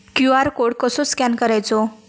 QR code कसो scan करायचो?